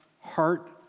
heart